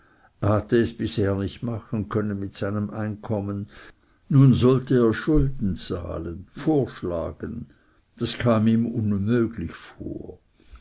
es bisher nicht machen können mit seinem einkommen nun sollte er schulden zahlen vorschlagen das kam ihm unmöglich vor